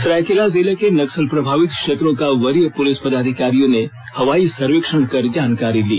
सरायकेला जिले के नक्सल प्रभावित क्षेत्रों का वरीय पुलिस पदाधिकारियों ने हवाई सर्वेक्षण कर जानकारी ली